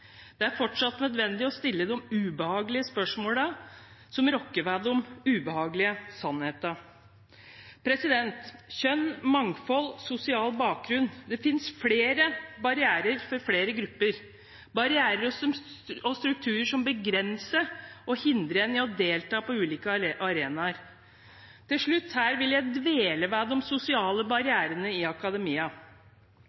det er ingen selvfølge. Det er fortsatt nødvendig å stille de ubehagelige spørsmålene, som rokker ved de ubehagelige sannhetene. Kjønn, mangfold, sosial bakgrunn – det finnes flere barrierer for flere grupper, barrierer og strukturer som begrenser og hindrer en i å delta på ulike arenaer. Til slutt: Her vil jeg dvele ved de sosiale